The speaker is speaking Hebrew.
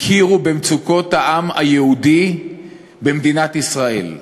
הכירו במצוקות העם היהודי במדינת ישראל,